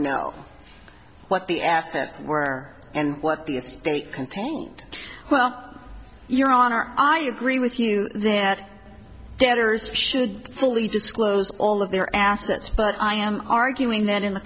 know what the assets were and what the estate contained well your honor i agree with you that debtors should fully disclose all of their assets but i am arguing that in the